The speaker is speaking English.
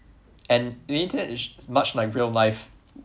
and the internet is much like real life